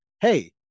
Hey